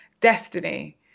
destiny